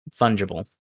Fungible